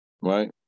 Right